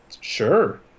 Sure